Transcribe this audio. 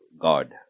God